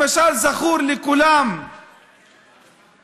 למשל, זכור לכולם המקרה